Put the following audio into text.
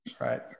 Right